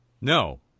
No